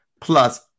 plus